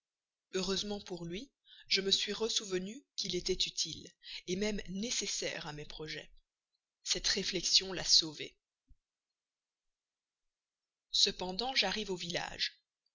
heureusement pour lui je me suis ressouvenu qu'il était utile même nécessaire à mes projets cette réflexion l'a sauvé cependant j'arrive au village